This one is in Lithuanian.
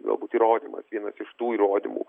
galbūt įrodymas vienas iš tų įrodymų